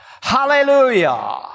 hallelujah